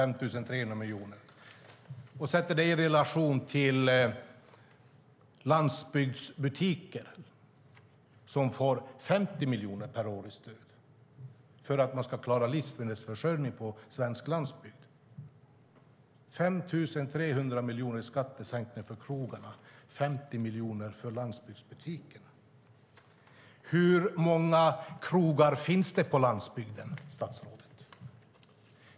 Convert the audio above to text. Man kan sätta det beloppet i relation till landsbygdsbutiker som får 50 miljoner per år i stöd för att klara livsmedelsförsörjningen på svensk landsbygd - 5 300 miljoner i skattesänkning för krogarna, 50 miljoner för landbygdsbutiken. Hur många krogar finns det på landsbygden, statsrådet?